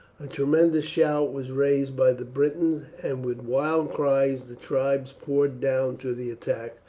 a tremendous shout was raised by the britons, and with wild cries the tribes poured down to the attack,